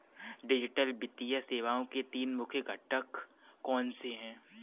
digital वित्तीय सेवाओं के तीन मुख्य घटक कौनसे हैं